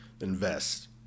invest